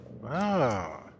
Wow